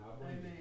Amen